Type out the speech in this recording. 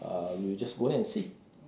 uh we'll just go there and see